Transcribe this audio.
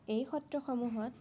এই সত্ৰসমূহত